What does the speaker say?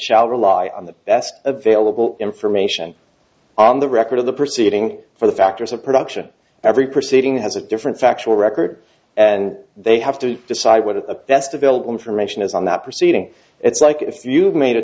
shall rely on the best available information on the record of the proceeding for the factors of production every proceeding has a different factual record and they have to decide what is the best available information is on that proceeding it's like if you've made a